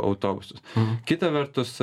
autobusus kita vertus